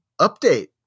update